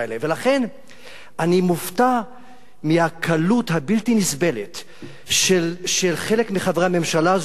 ולכן אני מופתע מהקלות הבלתי-נסבלת של חלק מחברי הממשלה הזאת,